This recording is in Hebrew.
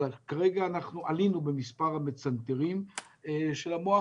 כרגע עלינו במספר המצנתרים של המוח